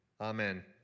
Amen